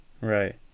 Right